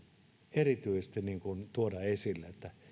erityisesti tuoda esille että